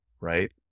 right